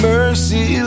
Mercy